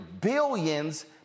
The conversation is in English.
billions